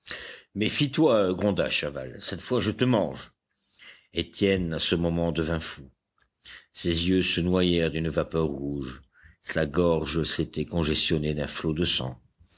méfie toi gronda chaval cette fois je te mange étienne à ce moment devint fou ses yeux se noyèrent d'une vapeur rouge sa gorge s'était congestionnée d'un flot de sang